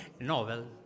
novel